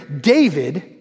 David